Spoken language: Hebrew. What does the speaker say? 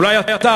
אולי אתה,